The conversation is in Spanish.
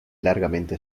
largamente